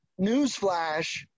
newsflash